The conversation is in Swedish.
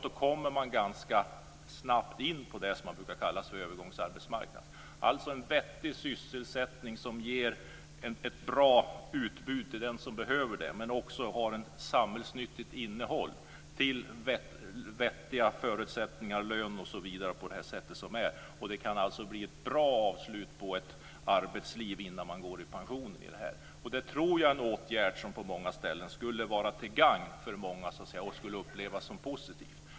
Då kommer man ganska snabbt in på det som man brukar kalla övergångsarbetsmarknad, alltså en vettig sysselsättning som ger ett bra utbud till den som behöver det. Men den har också ett samhällsnyttigt innehåll med vettiga förutsättningar, lön osv. Det kan alltså bli ett bra avslut på ett arbetsliv innan man går i pension. Det tror jag är en åtgärd som på många ställen skulle vara till gagn för många och upplevas som positiv.